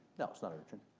no, it's not urgent.